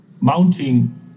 mounting